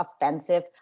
offensive